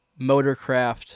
Motorcraft